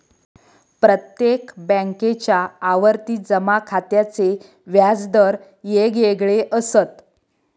प्रत्येक बॅन्केच्या आवर्ती जमा खात्याचे व्याज दर येगयेगळे असत